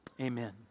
Amen